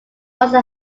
also